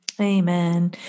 Amen